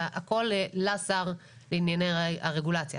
הכל לשר לענייני רגולציה.